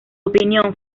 opinión